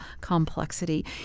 complexity